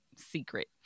secret